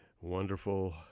wonderful